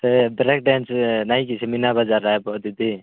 ସେ break dance ନାଇଁକି ସେ ମୀନାବଜାରରେ ହେବ ଦିଦି